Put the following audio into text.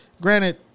granted